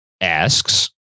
asks